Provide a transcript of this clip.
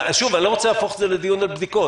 שוב, אני לא רוצה להפוך את זה לדיון על בדיקות.